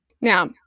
Now